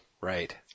Right